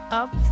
up